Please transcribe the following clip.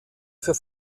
für